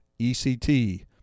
ECT